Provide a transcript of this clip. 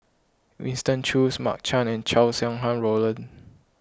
Winston Choos Mark Chan and Chow Sau Hai Roland